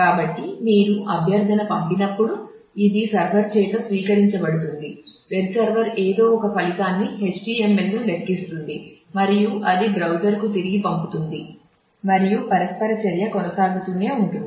కాబట్టి మీరు అభ్యర్థన పంపినప్పుడు ఇది సర్వర్ చేత స్వీకరించబడుతుంది వెబ్ సర్వర్ ఏదో ఒక ఫలితాన్ని HTML ను లెక్కిస్తుంది మరియు అది బ్రౌజర్కు తిరిగి పంపుతుంది మరియు పరస్పర చర్య కొనసాగుతూనే ఉంటుంది